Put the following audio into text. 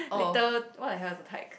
later what the hell is a tyke